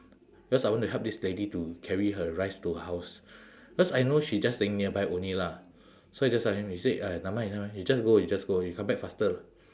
because I want to help this lady to carry her rice to her house cause I know she just staying nearby only lah so I just tell him he say uh nevermind nevermind you just go you just go you come back faster lah